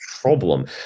problem